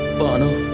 banu!